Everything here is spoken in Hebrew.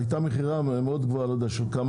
אבל הייתה מכירה מאוד גבוהה בסך של כמה